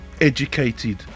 educated